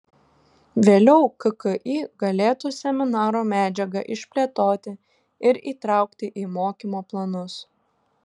vėliau kki galėtų seminaro medžiagą išplėtoti ir įtraukti į mokymo planus